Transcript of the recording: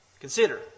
Consider